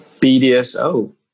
BDSO